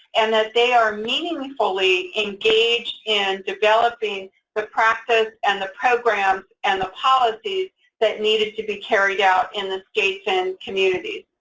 and that they are meaningfully engaged in developing the practice and the programs and the policies that needed to be carried out in the states and communities.